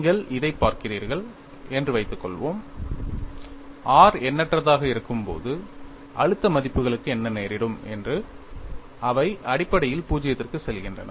நீங்கள் இதைப் பார்க்கிறீர்கள் என்று வைத்துக்கொள்வோம் r எண்ணற்றதாக இருக்கும்போது அழுத்த மதிப்புகளுக்கு என்ன நேரிடும் என்று அவை அடிப்படையில் 0 க்குச் செல்கின்றன